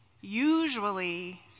Usually